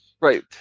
Right